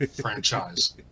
franchise